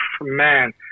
Man